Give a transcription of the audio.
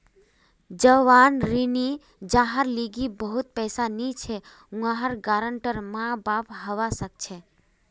जवान ऋणी जहार लीगी बहुत पैसा नी छे वहार गारंटर माँ बाप हवा सक छे